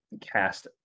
cast